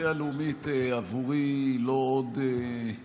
הספרייה הלאומית בעבורי היא לא עוד מוסד.